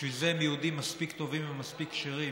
שבשביל זה הם יהודים מספיק טובים ומספיק כשרים,